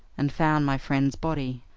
and found my friend's body.